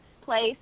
place